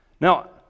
Now